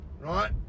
right